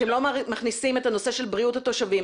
אתם לא מכניסים את הנושא של בריאות התושבים.